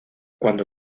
cuando